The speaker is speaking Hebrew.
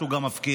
שהוא גם מבקיע,